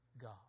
God